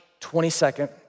22nd